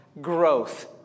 growth